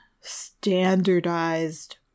standardized